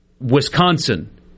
Wisconsin